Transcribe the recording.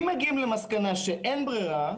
כי אם מגיעים למסקנה שאין ברירה,